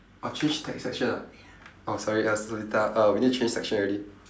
oh change text section ah oh sorry uh later ah uh we need to change section already